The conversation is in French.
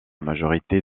majorité